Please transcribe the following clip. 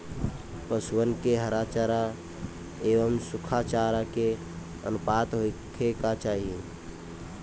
पशुअन के हरा चरा एंव सुखा चारा के अनुपात का होखे के चाही?